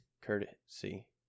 courtesy